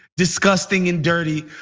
disgusting, and dirty.